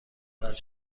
قطع